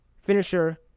finisher